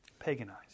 paganized